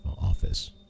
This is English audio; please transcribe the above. office